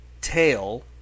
tail